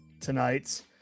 tonight